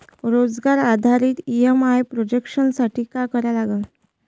रोजगार आधारित EMI projection साठी का करा लागन?